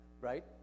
right